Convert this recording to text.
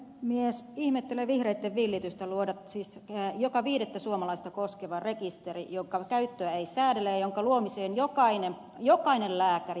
ihmettelen vihreitten villitystä luoda siis joka viidettä suomalaista koskeva rekisteri jonka käyttöä ei säädellä ja jonka luomiseen jokainen lääkäri velvoitetaan